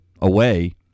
away